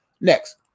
Next